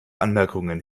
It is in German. anmerkungen